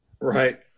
Right